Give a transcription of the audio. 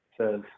says